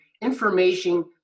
information